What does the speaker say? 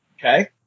okay